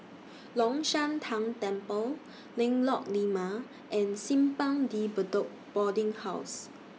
Long Shan Tang Temple Lengkok Lima and Simpang De Bedok Boarding House